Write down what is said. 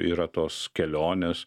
yra tos kelionės